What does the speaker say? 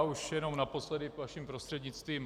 Už jen naposledy, vaším prostřednictvím.